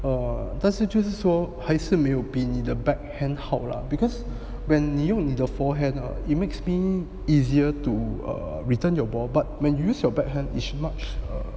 err that's 就是说还是没有比你的 backhand 好 lah because when 你用你的 forehand or it makes me easier to err return your ball but when you use your backhand is much err